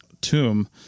tomb